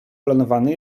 planowany